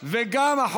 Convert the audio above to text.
וגם השלישי.